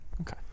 Okay